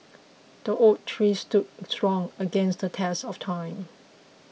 the oak tree stood strong against the test of time